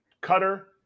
cutter